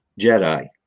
Jedi